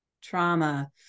Trauma